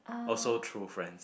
oh so through friends